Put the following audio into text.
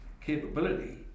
capability